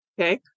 okay